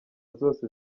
zose